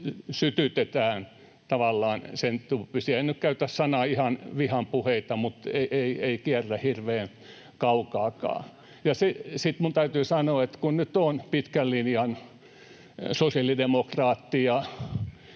tavallaan sentyyppisiä, en nyt käytä ihan sanaa vihan puheita, mutta ei kierrä hirveän kaukaakaan. Sitten täytyy sanoa, että kun nyt olen pitkän linjan sosiaalidemokraatti